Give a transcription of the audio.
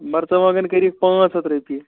مَرژٕوانگن کٔرِکھ پانٛژھ ہَتھ روپیہِ